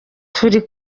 turi